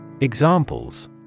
Examples